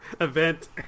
event